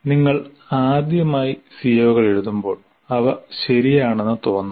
നിങ്ങൾ ആദ്യമായി CO കൾ എഴുതുമ്പോൾ അവ ശരിയാണെന്ന് തോന്നാം